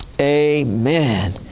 amen